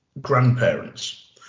grandparents